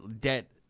debt